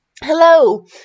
Hello